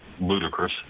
ludicrous